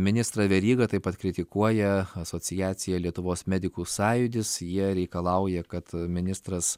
ministrą verygą taip pat kritikuoja asociacija lietuvos medikų sąjūdis jie reikalauja kad ministras